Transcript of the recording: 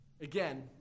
Again